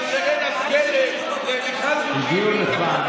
הודיעו לך,